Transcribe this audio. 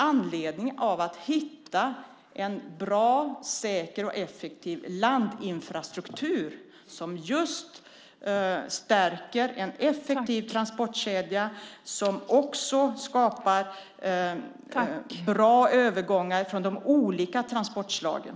Anledningen är att hitta en bra, säker och effektiv landinfrastruktur som stärker en effektiv transportkedja och skapar bra övergångar för de olika transportslagen.